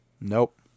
Nope